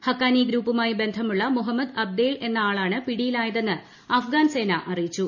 Haqqani ഗ്രൂപ്പുമായി ബന്ധമുള്ള മുഹമ്മദ് അബ്ദേൾ എന്ന ആളാണ് പിടിയിലായതെന്ന് അഫ്ഗാൻ സേന അറിയിച്ചു